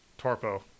Torpo